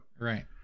right